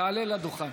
תעלה לדוכן.